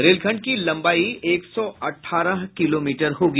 रेलखंड की लम्बाई एक सौ अठारह किलोमीटर होगी